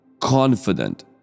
confident